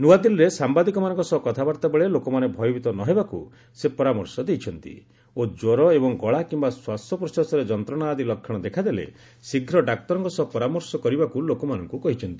ନୁଆଦିଲ୍ଲୀରେ ସାମ୍ବାଦିକମାନଙ୍କ ସହ କଥାବାର୍ତ୍ତା ବେଳେ ଲୋକମାନେ ଭୟଭୀତ ନ ହେବାକୁ ସେ ପରାମର୍ଶ ଦେଇଛନ୍ତି ଓ ଜ୍ୱର ଏବଂ ଗଳା କିମ୍ବା ଶ୍ୱାସପ୍ରଶ୍ୱାସରେ ଯନ୍ତ୍ରଣା ଆଦି ଲକ୍ଷଣ ଦେଖାଦେଲେ ଶୀଘ୍ର ଡାକ୍ତରଙ୍କ ସହ ପରାମର୍ଶ କରିବାକୁ ଲୋକମାନଙ୍କୁ କହିଛନ୍ତି